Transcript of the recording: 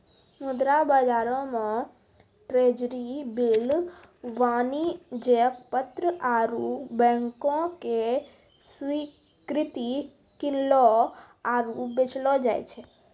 मुद्रा बजारो मे ट्रेजरी बिल, वाणिज्यक पत्र आरु बैंको के स्वीकृति किनलो आरु बेचलो जाय छै